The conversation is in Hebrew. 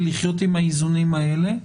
ולחיות עם האיזונים האלה.